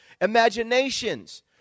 imaginations